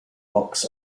box